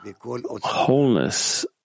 wholeness